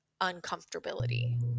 uncomfortability